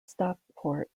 stockport